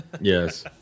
Yes